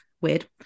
weird